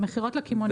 במכירות לקמעונאי.